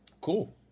Cool